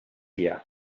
you